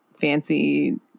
fancy